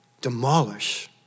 demolish